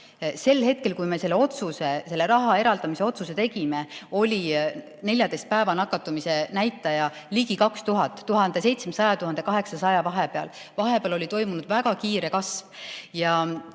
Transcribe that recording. Sel hetkel, kui me selle raha eraldamise otsuse tegime, oli 14 päeva nakatumise näitaja ligi 2000, 1700 ja 1800 vahepeal. Vahepeal oli toimunud väga kiire kasv.